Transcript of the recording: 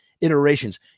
iterations